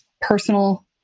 personal